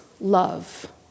love